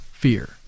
fear